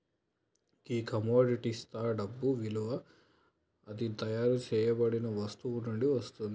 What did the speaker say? గీ కమొడిటిస్తా డబ్బు ఇలువ అది తయారు సేయబడిన వస్తువు నుండి వస్తుంది